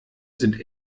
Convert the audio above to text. sind